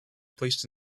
placed